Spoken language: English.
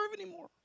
anymore